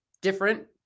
different